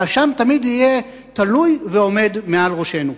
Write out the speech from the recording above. והאשם תמיד יהיה תלוי ועומד מעל ראשינו.